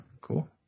cool